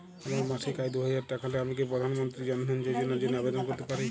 আমার মাসিক আয় দুহাজার টাকা হলে আমি কি প্রধান মন্ত্রী জন ধন যোজনার জন্য আবেদন করতে পারি?